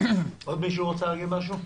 עוד מישהו רוצה להגיד משהו?